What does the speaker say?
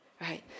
right